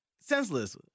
Senseless